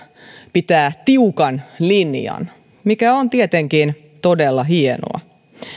pitää tiukan linjan mikä on tietenkin todella hienoa